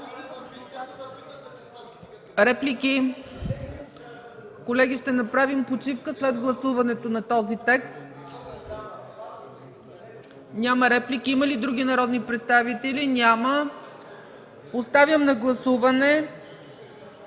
Реплики? Колеги, ще направим почивка след гласуването на този текст. Няма реплики. Има ли други народни представители? Няма. Поставям на гласуване